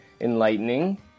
enlightening